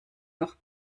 noch